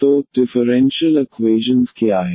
तो differential equation क्या है